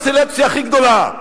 זאת הסלקציה הכי גדולה.